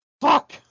Fuck